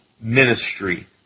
ministry